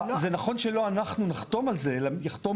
זה נכון שלא אנחנו נחתום על זה, אלא יחתום